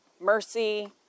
Mercy